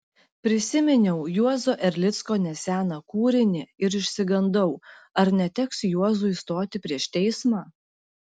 prisiminiau juozo erlicko neseną kūrinį ir išsigandau ar neteks juozui stoti prieš teismą